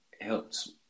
helps